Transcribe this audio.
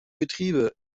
betriebe